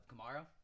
Kamara